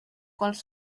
quals